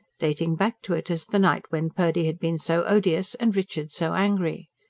dating back to it as the night when purdy had been so odious and richard so angry.